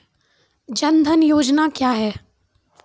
जन धन योजना क्या है?